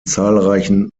zahlreichen